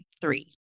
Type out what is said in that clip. Three